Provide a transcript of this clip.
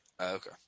Okay